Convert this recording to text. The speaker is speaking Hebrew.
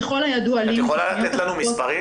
ככל הידוע לי --- את יכולה לתת לנו מספרים?